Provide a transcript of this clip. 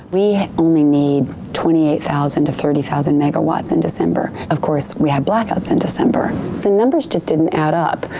we only need twenty eight thousand to thirty thousand megawatts in december. of course we had blackouts in and december. the numbers just didn't add up.